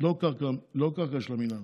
לא קרקע של המינהל,